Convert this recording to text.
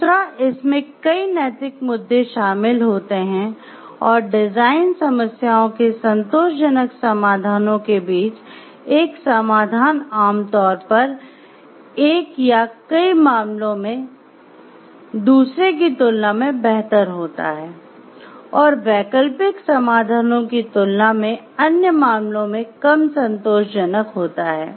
दूसरा इसमें कई नैतिक मुद्दे शामिल होते हैं और डिजाइन समस्याओं के संतोषजनक समाधानों के बीच एक समाधान आम तौर पर एक या कई मामलों में दूसरे की तुलना में बेहतर होता है और वैकल्पिक समाधानों की तुलना में अन्य मामलों में कम संतोषजनक होता है